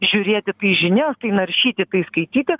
žiūrėti tai žinias tai naršyti tai skaityti